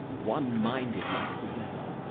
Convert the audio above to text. one minded like the weather,